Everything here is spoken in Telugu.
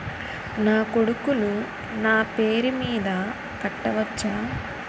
నా కొడుకులు నా పేరి మీద కట్ట వచ్చా?